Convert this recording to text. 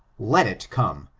let it come,